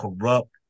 corrupt